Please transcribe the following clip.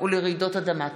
ולרעידות אדמה.